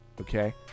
Okay